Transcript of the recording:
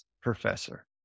professor